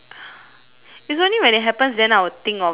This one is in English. it's only when it happens then I'll think of it ah but